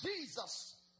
Jesus